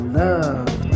love